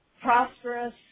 prosperous